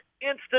Instant